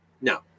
No